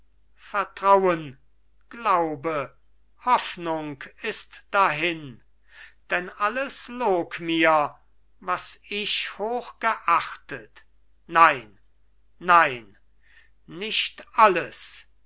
vertrauen glaube hoffnung ist dahin denn alles log mir was ich hochgeachtet nein nein nicht alles